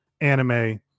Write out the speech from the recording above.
anime